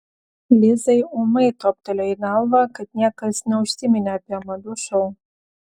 lizai ūmai toptelėjo į galvą kad niekas neužsiminė apie madų šou